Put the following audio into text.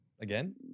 again